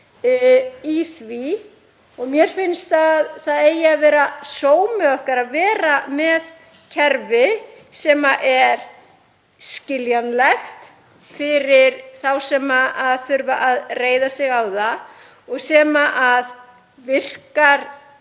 í því. Mér finnst að það eigi að vera sómi okkar að vera með kerfi sem er skiljanlegt fyrir þá sem þurfa að reiða sig á það og sem virkar